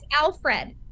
Alfred